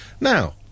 Now